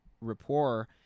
rapport